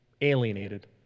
alienated